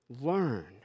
learn